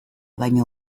baino